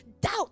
doubt